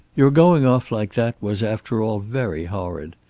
your going off like that was, after all, very horrid.